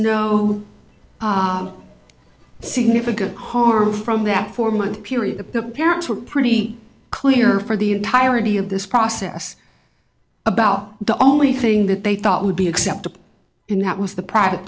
no significant harm from that four month period the parents were pretty clear for the entirety of this process about the only thing that they thought would be acceptable in that was the pr